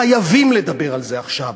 חייבים לדבר על זה עכשיו,